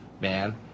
man